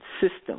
system